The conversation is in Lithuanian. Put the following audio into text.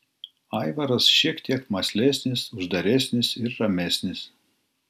aivaras šiek tiek mąslesnis uždaresnis ir ramesnis